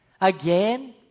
Again